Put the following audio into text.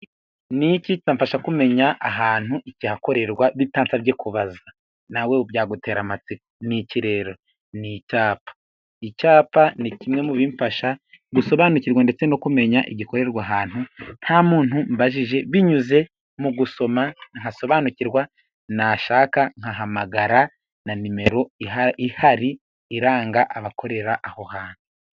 Ni iki cyamfasha kumenya ahantu ikihakorerwa, bitansabye kubaza? Nawe byagutera amatsiko, ni iki rero? Ni icyapa. Icyapa ni kimwe mu bimfasha gusobanukirwa ndetse no kumenya igikorerwa ahantu nta muntu mbajije binyuze mu gusoma ngasobanukirwa nashaka ngahamagara na nimero ihari iranga abakorera aho hantu.